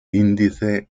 índice